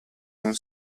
non